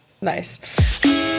Nice